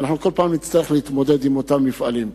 ואנחנו כל הזמן נצטרך להתמודד עם אותם מפעלים.